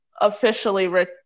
officially